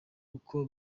uko